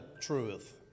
truth